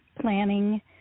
planning